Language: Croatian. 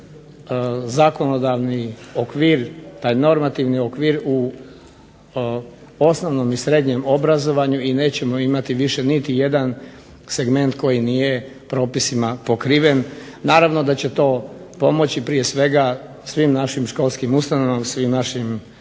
taj zakonodavni okvir, taj normativni okvir u osnovnom i srednjem obrazovanju i nećemo imati više niti jedan segment koji nije propisima pokriven. Naravno da će to pomoći prije svega svim našim školskim ustanovama, svim našim glazbenim,